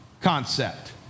concept